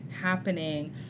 happening